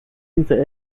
diese